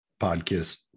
podcast